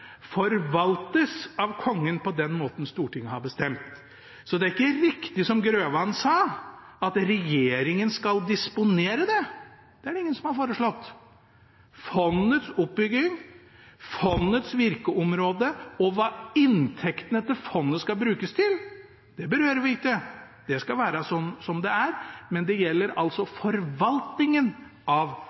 forvaltes av kongen på den måten Stortinget har bestemt.» Det er ikke riktig som Grøvan sa, at regjeringen skal disponere det. Det er det ingen som har foreslått. Fondets oppbygging, fondets virkeområde og hva inntektene til fondet skal brukes til, berører vi ikke. Det skal være som det er, men det gjelder altså forvaltningen av